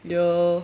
the